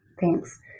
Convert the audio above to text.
Thanks